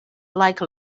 like